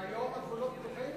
והיום הגבולות פתוחים?